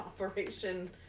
Operation